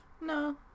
No